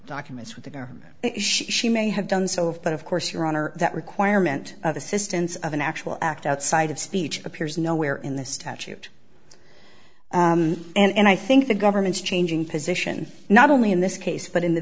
documents with the government she may have done so but of course your honor that requirement of assistance of an actual act outside of speech appears nowhere in the statute and i think the government's changing position not only in this case but in the